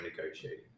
negotiating